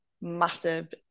massive